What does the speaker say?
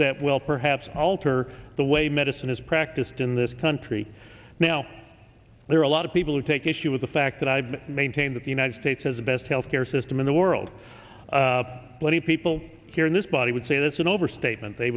that will perhaps alter the way medicine is practiced in this country now there are a lot of people who take issue with the fact that i maintain that the united states has the best health care system in the world plenty of people here in this body would say that's an overstatement they